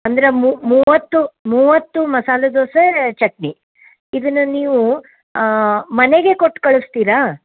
ಅಂದರೆ ಮೂವತ್ತು ಮೂವತ್ತು ಮಸಾಲೆ ದೋಸೆ ಚಟ್ನಿ ಇದನ್ನು ನೀವು ಮನೆಗೆ ಕೊಟ್ಟು ಕಳಿಸ್ತೀರಾ